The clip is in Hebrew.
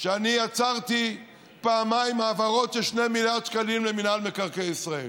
שאני עצרתי פעמיים העברות של 2 מיליארד שקלים למינהל מקרקעי ישראל,